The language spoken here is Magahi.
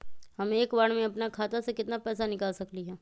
हम एक बार में अपना खाता से केतना पैसा निकाल सकली ह?